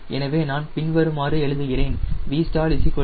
எனவே நான் பின்வருமாறு எழுதுகிறேன் Vstall 21009